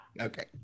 okay